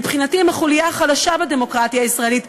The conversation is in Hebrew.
מבחינתי הם החוליה החלשה בדמוקרטיה הישראלית.